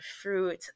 fruit